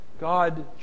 God